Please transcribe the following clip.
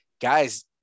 guys